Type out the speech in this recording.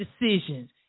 Decisions